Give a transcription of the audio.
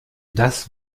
das